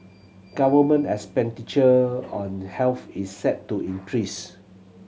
government expenditure on health is set to increase